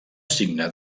signe